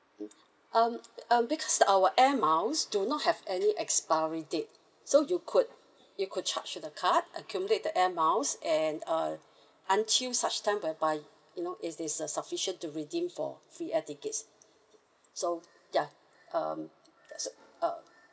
mm um um because our Air Miles do not have any expiry date so you could you could charge with the card accumulate the Air Miles and uh until such time whereby you know it is uh sufficient to redeem for free air tickets so ya um that's a uh